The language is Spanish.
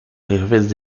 jefes